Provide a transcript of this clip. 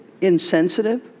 Insensitive